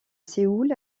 séoul